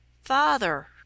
FATHER